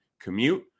commute